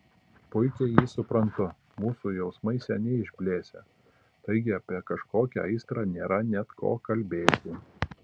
puikiai jį suprantu mūsų jausmai seniai išblėsę taigi apie kažkokią aistrą nėra net ko kalbėti